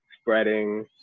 spreading